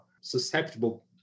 susceptible